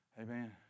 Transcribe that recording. Amen